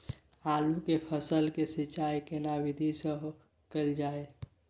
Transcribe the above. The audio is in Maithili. आलू के फसल के सिंचाई केना विधी स कैल जाए?